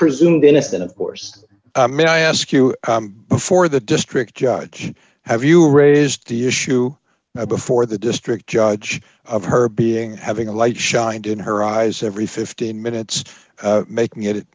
presumed innocent of course i ask you before the district judge have you raised the issue before the district judge of her being having a light shined in her eyes every fifteen minutes making it